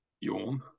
Yawn